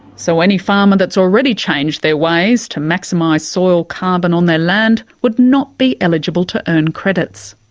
so any farmer that's already changed their ways to maximise soil carbon on their land would not be eligible to earn credits.